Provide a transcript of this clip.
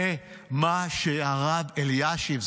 זה מה שהרב אלישיב,